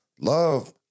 Love